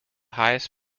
highest